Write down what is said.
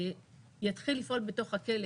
שיתחיל לפעול בתוך הכלא.